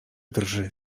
drży